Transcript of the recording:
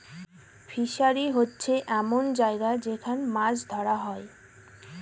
fishery হচ্ছে এমন জায়গা যেখান মাছ ধরা হয়